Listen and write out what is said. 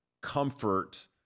comfort